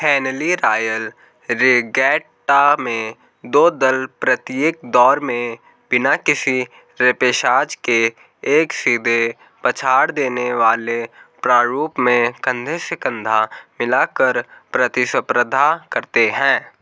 Henley Royal Regatta में दो दल प्रत्येक दौर में बिना किसी रेपेशाज़ के एक सीधे पछाड़ देने वाले प्रारूप में कंधे से कंधा मिलाकर प्रतिस्पर्धा करते हैं